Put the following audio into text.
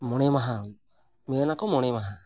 ᱢᱚᱬᱮ ᱢᱟᱦᱟ ᱢᱮᱱᱟᱠᱚ ᱢᱚᱬᱮ ᱢᱟᱦᱟ